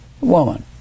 woman